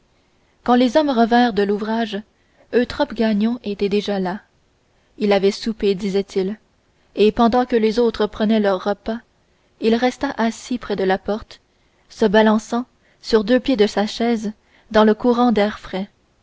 quand les hommes revinrent de l'ouvrage eutrope gagnon était déjà là il avait soupé disait-il et pendant que les autres prenaient leur repas il resta assis près de la porte se balançant sur deux pieds de sa chaise dans le courant d'air frais